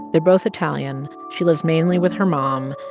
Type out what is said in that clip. they're both italian. she lives mainly with her mom.